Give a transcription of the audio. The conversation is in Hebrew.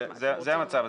זה המצב.